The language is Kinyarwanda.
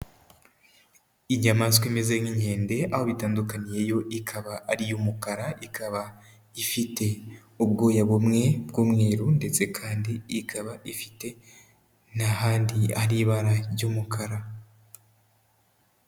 Inyamaswa imeze nk'inkende aho bitandukaniye yo ikaba ari iy'umukara, ikaba ifite ubwoya bumwe bw'umweru ndetse kandi ikaba ifite n'ahandi hari ibara ry'umukara.